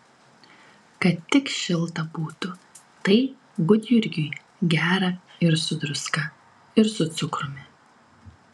kad tik šilta būtų tai gudjurgiui gera ir su druska ir su cukrumi